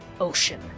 ocean